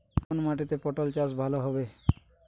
কোন মাটিতে পটল চাষ ভালো হবে?